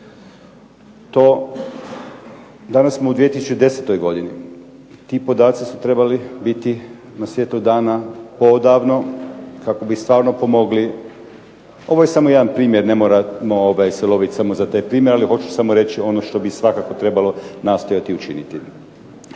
Danas smo u 2010. godini, ti podaci su trebali biti na svjetlu dana poodavno kako bi stvarno pomogli. Ovo je samo jedan primjer, ne moramo se lovit samo za taj primjer, ali hoću samo reći ono što bi svakako trebalo nastojati učiniti.